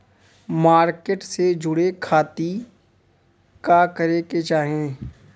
Market से जुड़े खाती का करे के चाही?